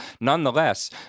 Nonetheless